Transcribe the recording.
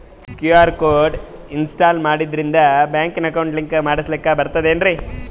QR code install ಮಾಡಿಂದ ಬ್ಯಾಂಕಿನ account link ಮಾಡಸ್ಲಾಕ ಬರ್ತದೇನ್ರಿ